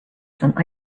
some